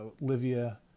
Livia